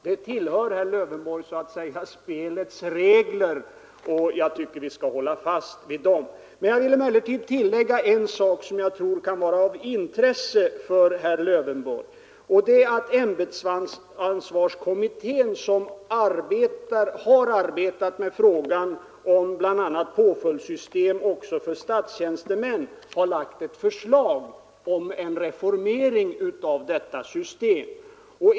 Det tillhör, herr Lövenborg, så att säga spelets regler och jag tycker vi skall hålla fast vid dem. Jag vill emellertid tillägga en sak som jag tror kan vara av intresse för herr Lövenborg. Det är att ämbetsansvarskommittén, som har arbetat med frågan om bl.a. påföljdssystem också för statstjänstemän, har lagt fram ett förslag om en reformering av detta system.